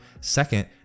Second